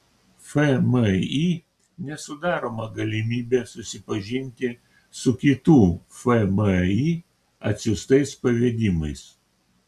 fmį nesudaroma galimybė susipažinti su kitų fmį atsiųstais pavedimais